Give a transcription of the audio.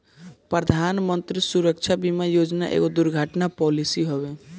प्रधानमंत्री सुरक्षा बीमा योजना एगो दुर्घटना पॉलिसी हवे